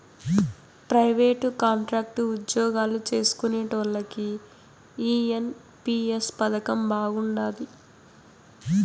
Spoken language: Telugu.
ప్రైవేటు, కాంట్రాక్టు ఉజ్జోగాలు చేస్కునేటోల్లకి ఈ ఎన్.పి.ఎస్ పదకం బాగుండాది